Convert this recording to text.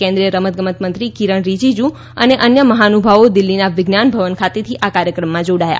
કેન્દ્રીય રમતગમત મંત્રી કિરણ રીજીજુ અને અન્ય મહાનુભાવો દિલ્હીના વિજ્ઞાન ભવન ખાતેથી આ કાર્યક્રમમાં જોડાયા